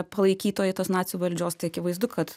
palaikytojai tos nacių valdžios tai akivaizdu kad